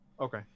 Okay